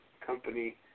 company